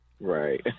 Right